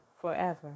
forever